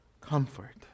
comfort